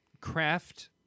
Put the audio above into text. craft